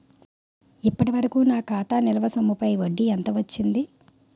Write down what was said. ఇప్పటి వరకూ నా ఖాతా నిల్వ సొమ్ముపై వడ్డీ ఎంత వచ్చింది?